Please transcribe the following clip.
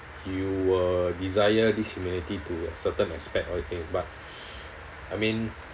you will desire this humility to a certain aspect all these thing but I mean